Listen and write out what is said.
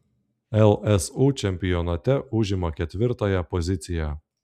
lsu čempionate užima ketvirtąją poziciją